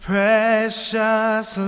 Precious